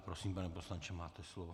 Prosím, pane poslanče, máte slovo.